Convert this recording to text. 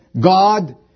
God